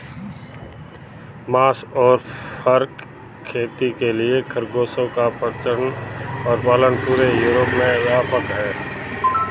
मांस और फर खेती के लिए खरगोशों का प्रजनन और पालन पूरे यूरोप में व्यापक है